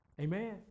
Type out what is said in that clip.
Amen